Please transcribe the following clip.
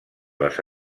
les